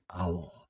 owl